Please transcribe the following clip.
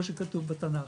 כמו שכתוב בתנ"ך.